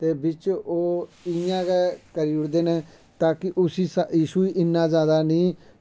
ते बिच्च ओह् इ'यां गै करी ओड़दे न तां कि उस्सी इशु गी इन्ना जैदा नेईं